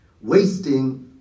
Wasting